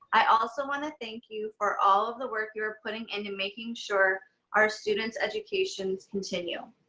i also wanna thank you for all of the work you're putting into making sure our students' education continue.